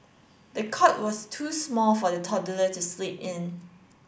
the cot was too small for the toddler to sleep in